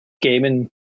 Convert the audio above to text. gaming